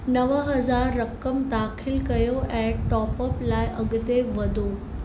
नव हज़ार रक़म दाख़िल कयो ऐं टॉप अप लाइ अॻिते वधो